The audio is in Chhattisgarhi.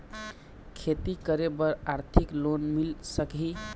खेती करे बर आरथिक लोन मिल सकही?